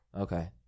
Okay